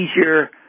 easier